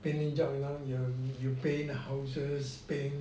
painting job you know you paint houses paint